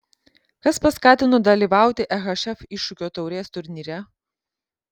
kas paskatino dalyvauti ehf iššūkio taurės turnyre